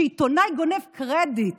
כשעיתונאי גונב קרדיט